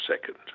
second